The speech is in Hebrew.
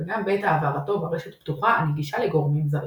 וגם בזמן העברתו ברשת פתוחה הנגישה לגורמים זרים.